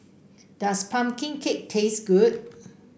does pumpkin cake taste good